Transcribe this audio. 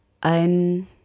Ein